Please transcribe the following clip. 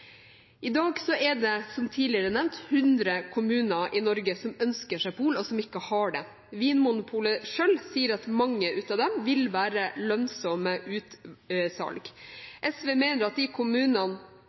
I dag er det, som tidligere nevnt, 100 kommuner i Norge som ønsker seg pol, og som ikke har det. Vinmonopolet selv sier at mange av dem vil være lønnsomme utsalg. SV mener at de kommunene